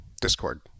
Discord